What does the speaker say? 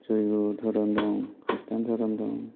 जयगुरु धोरोम दं ख्रिष्टियान धोरोम दं